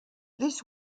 this